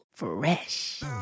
Fresh